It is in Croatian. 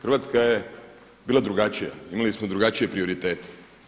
Hrvatska je bila drugačija, imali smo drugačije prioritete.